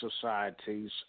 societies